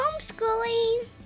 homeschooling